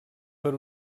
per